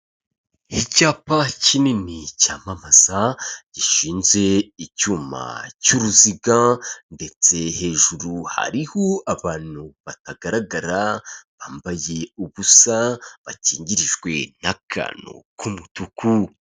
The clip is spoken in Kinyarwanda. Icyapa kinini cyamamaza gishinze icyuma cy'uruziga, ndetse hejuru hariho abantu batagaragara bambaye ubusa, bakingirijwe n'akantu k'umutuku.